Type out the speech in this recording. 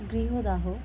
Grihadaha